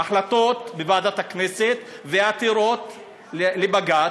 החלטות בוועדת הכנסת ועתירות לבג"ץ,